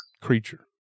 creature